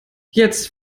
jetzt